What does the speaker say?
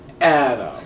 Adam